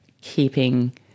keeping